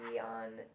on